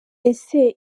ese